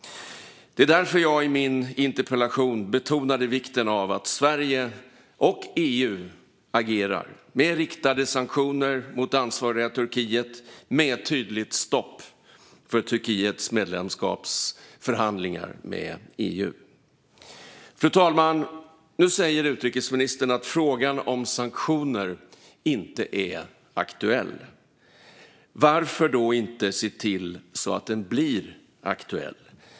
Det är därför jag i min interpellation betonade vikten av att Sverige och EU agerar med riktade sanktioner mot det ansvariga Turkiet, med ett tydligt stopp för Turkiets medlemskapsförhandlingar med EU. Fru talman! Nu säger utrikesministern att frågan om sanktioner inte är aktuell. Varför då inte se till att den blir aktuell?